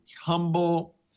humble